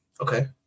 Okay